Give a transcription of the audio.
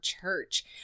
Church